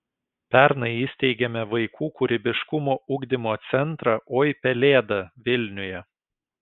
pernai įsteigėme vaikų kūrybiškumo ugdymo centrą oi pelėda vilniuje